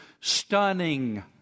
stunning